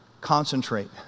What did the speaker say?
concentrate